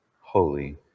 holy